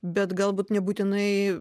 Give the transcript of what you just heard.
bet galbūt nebūtinai